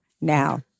now